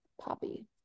poppy